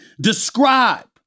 describe